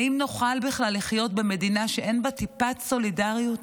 האם נוכל בכלל לחיות במדינה שאין בה טיפת סולידריות?